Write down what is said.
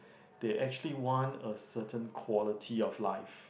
they actually want a certain quality of life